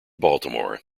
baltimore